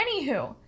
anywho